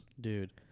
dude